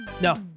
no